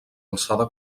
alçada